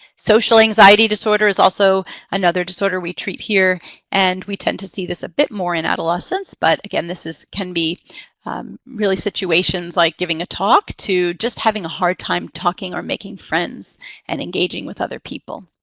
social anxiety disorder is also another disorder we treat here and we tend to see this a bit more in adolescence, but again this can be really situations like giving a talk to just having a hard time talking or making friends and engaging with other people.